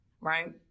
Right